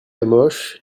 hamoche